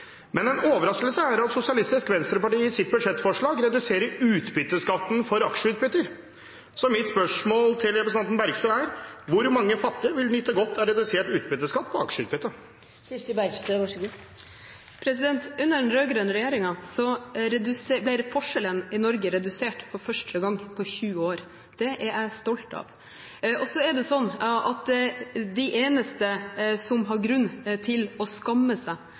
Men en overraskelse er det at Sosialistisk Venstreparti i sitt budsjettforslag reduserer utbytteskatten for aksjeutbytter. Så mitt spørsmål til representanten Bergstø er: Hvor mange fattige vil nyte godt av redusert utbytteskatt på aksjeutbytte? Under den rød-grønne regjeringen ble forskjellene i Norge redusert for første gang på 20 år. Det er jeg stolt av. De eneste som har grunn til å skamme seg